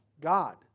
God